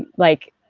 like